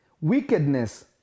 Wickedness